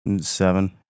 Seven